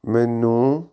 ਮੈਨੂੰ